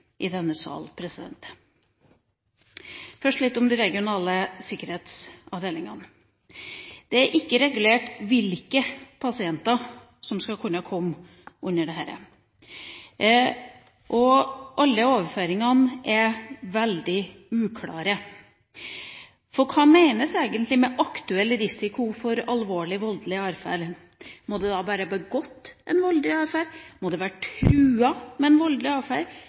i denne salen. Først litt om de regionale sikkerhetsavdelingene. Det er ikke regulert hvilke pasienter som skal kunne komme inn under disse. Alle overføringene er veldig uklare. For hva menes egentlig med «aktuell risiko for alvorlig voldelig adferd»? Må det da være begått voldelig atferd? Må det være truet med voldelig